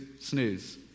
snooze